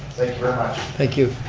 very much. thank you.